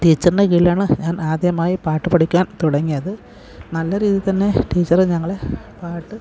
ടീച്ചറിൻ്റെ കീഴിലാണ് ഞാൻ ആദ്യമായി പാട്ടു പഠിക്കാൻ തുടങ്ങിയത് നല്ല രീതിയിൽ തന്നെ ടീച്ചറ് ഞങ്ങളെ പാട്ടു